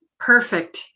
Perfect